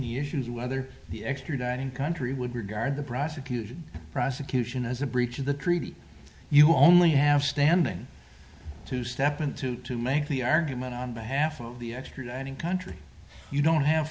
machine whether the extraditing country would regard the prosecution prosecution as a breach of the treaty you only have standing to step in to to make the argument on behalf of the extraditing country you don't have